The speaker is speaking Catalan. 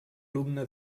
alumne